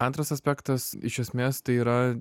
antras aspektas iš esmės tai yra